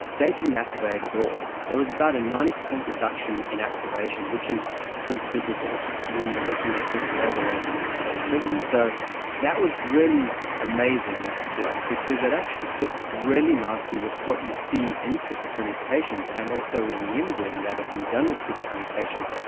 they didn't activate at all. it was about a ninety percent reduction in activation, which is considerable when you're looking at this level of of activity. so that was really amazing to us because it actually fits really nicely with what you see in schizophrenic patients and also in the imaging that has been done with schizophrenic patients,